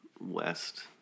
west